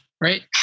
Right